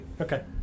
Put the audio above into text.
Okay